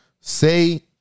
Say